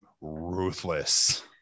ruthless